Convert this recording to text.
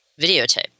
videotape